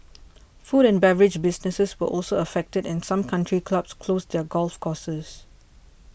food and beverage businesses were also affected and some country clubs closed their golf courses